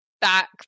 back